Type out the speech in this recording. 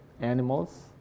animals